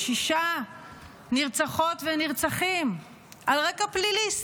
שש נרצחות ונרצחים על רקע פלילי.